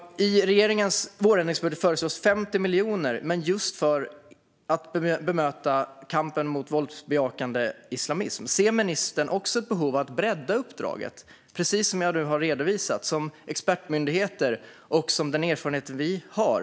I regeringens vårändringsbudget föreslås 50 miljoner just för att bemöta och bekämpa våldsbejakande islamism. Ser ministern ett behov av att bredda uppdraget mot bakgrund av kunskapen från våra expertmyndigheter, som jag precis redovisat, och den erfarenhet vi har?